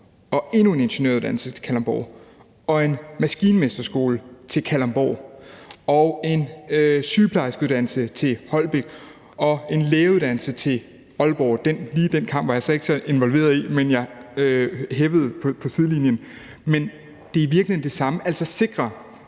endnu en ingeniøruddannelse til Kalundborg, en maskinmesterskole til Kalundborg, en sygeplejerskeuddannelse til Holbæk og en lægeuddannelse til Aalborg; lige den kamp var jeg så ikke så involveret i, men jeg heppede på sidelinjen, men det er i virkeligheden det samme, altså at sikre